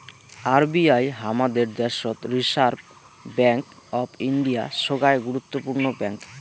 RBI হামাদের দ্যাশোত reserve bank of India, সোগায় গুরুত্বপূর্ণ ব্যাঙ্ক